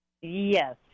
Yes